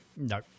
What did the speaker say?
No